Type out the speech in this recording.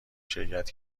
شرکت